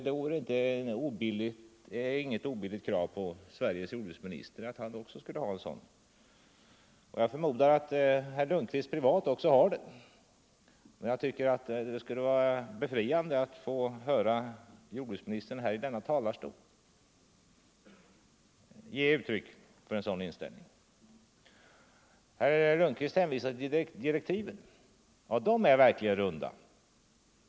Det vore inget obilligt krav på Sveriges jordbruksminister att även han skulle ha en sådan ambition. Jag förmodar att herr Lundkvist privat också har det, men jag tycker att det skulle vara befriande att få höra jordbruksministern från denna talarstol ge uttryck för en sådan inställning. Herr Lundkvist hänvisade till direktiven. Ja, de är verkligen runda.